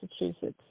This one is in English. Massachusetts